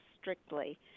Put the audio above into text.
strictly